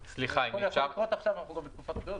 --- כבר עכשיו אנחנו בתקופת בחירות,